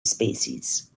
species